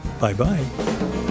Bye-bye